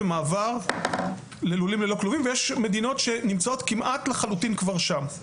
יש מדינות שנמצאות כבר כמעט לחלוטין שם,